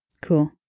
Cool